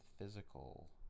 Physical